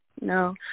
No